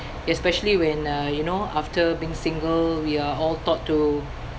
especially when uh you know after being single we are all taught to